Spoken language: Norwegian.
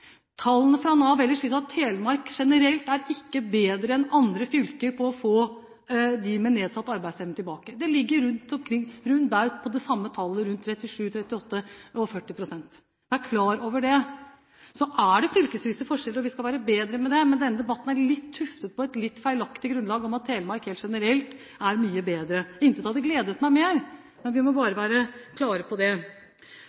Tallene fra Nav ellers viser at Telemark generelt ikke er bedre enn andre fylker med å få dem med nedsatt arbeidsevne tilbake. Det ligger omtrent på det samme tallet, på rundt 37–40 pst. Man må være klar over det. Så er det fylkesvise forskjeller – og vi skal være bedre med det – men denne debatten er tuftet på et litt feilaktig grunnlag om at Telemark helt generelt er mye bedre. Intet hadde gledet meg mer, men vi må bare